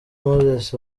moses